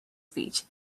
speech